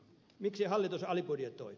miksi hallitus alibudjetoi